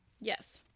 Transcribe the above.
Yes